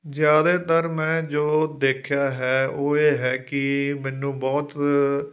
ਜ਼ਿਆਦਾਤਰ ਮੈਂ ਜੋ ਦੇਖਿਆ ਹੈ ਉਹ ਇਹ ਹੈ ਕਿ ਮੈਨੂੰ ਬਹੁਤ